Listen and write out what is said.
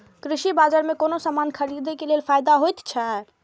कृषि बाजार में कोनो सामान खरीदे के कि फायदा होयत छै?